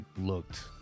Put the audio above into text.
looked